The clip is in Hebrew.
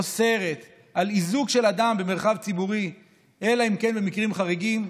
אוסרת על איזוק של אדם במרחב ציבורי אלא במקרים חריגים.